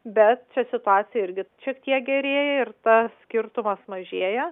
bet čia situacija irgi šiek tiek gerėja ir tas skirtumas mažėja